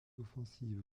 offensive